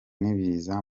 n’ibiza